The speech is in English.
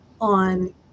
on